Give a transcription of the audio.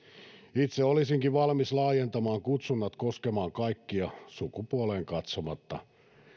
itse olisinkin valmis laajentamaan kutsunnat koskemaan kaikkia sukupuoleen katsomatta